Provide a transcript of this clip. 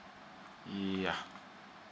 ya